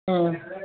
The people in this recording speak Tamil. ஆ